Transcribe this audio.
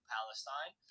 Palestine